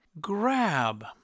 Grab